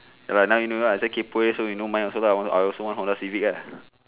ya lah now you know lah kaypoh so you know mine also lah I also want Honda Civic ah